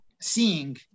seeing